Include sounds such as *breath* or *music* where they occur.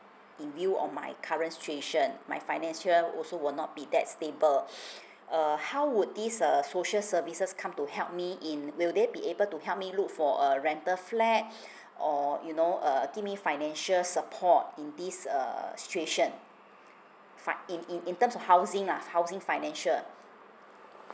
in view of my current situation my financial also will not be that stable *breath* err how would this err social services come to help me in will they be able to help me look for a rental flat *breath* or you know uh give me financial support in this err situation find in in terms of housing ah housing financial